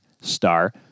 star